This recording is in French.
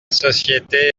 société